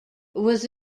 was